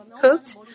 cooked